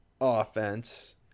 offense